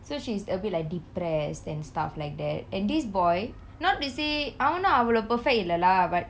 so she's a bit like depressed and stuff like that and this boy not to say அவனு அவளோ:avenu avelo perfect இல்ல:ille lah